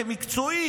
כמקצוע.